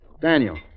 Daniel